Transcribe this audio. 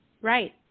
Right